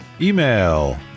email